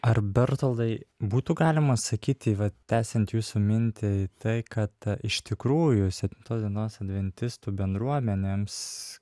ar bertoldai būtų galima sakyti vat tęsiant jūsų mintį tai kad iš tikrųjų septintos dienos adventistų bendruomenėms